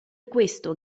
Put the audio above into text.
questo